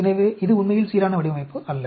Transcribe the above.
எனவே இது உண்மையில் சீரான வடிவமைப்பு அல்ல